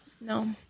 No